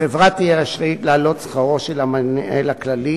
החברה תהיה רשאית להעלות את שכרו של המנהל הכללי